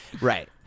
Right